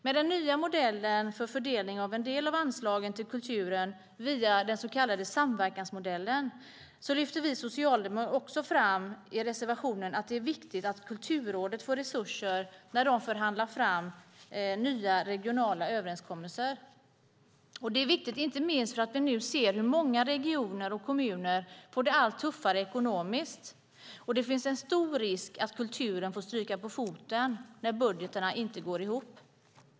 Med den nya modellen för fördelning av en del av anslagen till kulturen - via den så kallade samverkansmodellen - lyfter vi socialdemokrater i vår reservation fram att det är viktigt att Kulturrådet får resurser när de förhandlar fram nya regionala överenskommelser. Det är viktigt inte minst eftersom vi nu ser att många regioner och kommuner får det allt tuffare ekonomiskt. Risken är stor att kulturen får stryka på foten när budgetar inte går ihop.